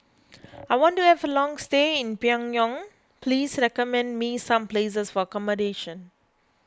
I want to have a long stay in Pyongyang please recommend me some places for accommodation